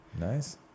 Nice